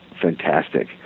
fantastic